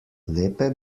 lepe